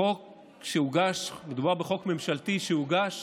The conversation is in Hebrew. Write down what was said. החוק שהוגש, מדובר בחוק ממשלתי שהוגש